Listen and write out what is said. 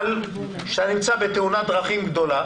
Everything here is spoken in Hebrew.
אבל, כשאתה נמצא בתאונת דרכים גדולה